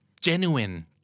Genuine